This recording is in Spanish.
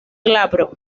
glabro